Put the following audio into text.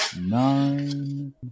nine